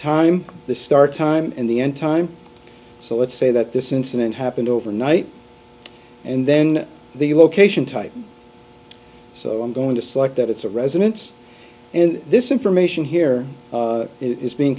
time the start time and the end time so let's say that this incident happened overnight and then the location type so i'm going to select that it's a residence and this information here it is be